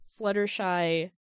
Fluttershy